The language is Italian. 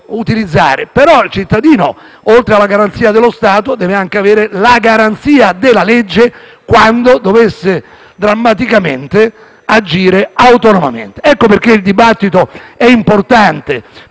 il cittadino, oltre alla garanzia dello Stato, deve anche avere la garanzia della legge, qualora dovesse drammaticamente agire autonomamente. Per questo il dibattito è importante: